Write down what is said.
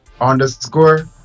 underscore